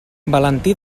valentí